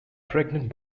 pregnant